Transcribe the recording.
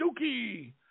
Dookie